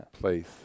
place